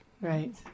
Right